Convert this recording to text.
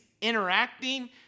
interacting